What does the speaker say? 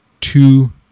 two